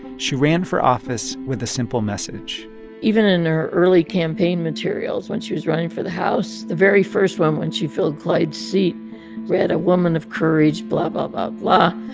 she ran for office with a simple message even in her early campaign materials when she was running for the house, the very first one when she filled clyde's seat read, a woman of courage blah, blah, blah.